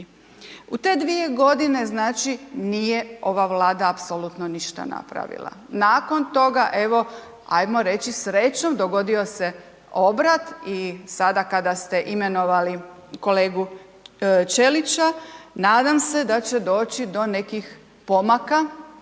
U te dvije godine, znači, nije ova Vlada apsolutno ništa napravila. Nakon toga, evo, ajmo reći srećom dogodio se obrat i sada kada ste imenovali kolegu Ćelića, nadam se da će doći do nekih pomaka,